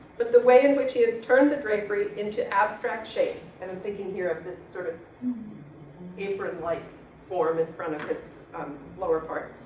but the way in which is turned the drapery into abstract shapes, and thinking here of this sort of apron like form in front of this lower part.